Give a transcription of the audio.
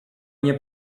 nie